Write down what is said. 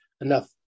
enough